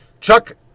Chuck